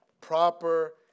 Proper